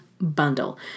bundle